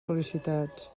sol·licitats